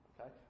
Okay